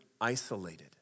isolated